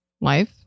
life